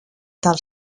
del